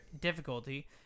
difficulty